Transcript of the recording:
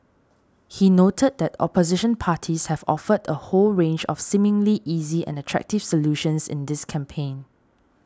he noted that opposition parties have offered a whole range of seemingly easy and attractive solutions in this campaign